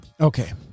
Okay